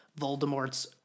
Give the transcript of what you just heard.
Voldemort's